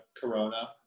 Corona